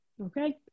Okay